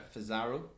Fazaro